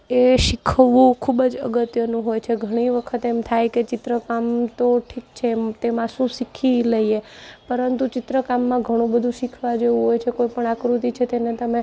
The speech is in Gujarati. એ શીખવવું ખૂબ જ અગત્યનું હોય છે ઘણી વખત એમ થાય કે ચિત્ર કામ તો ઠીક છે એમ તેમાં શું શીખી લઈએ પરંતુ ચિત્રકામમાં ઘણું બધું શીખવા જેવું હોય છે કોઈપણ આકૃતિ છે તેને તમે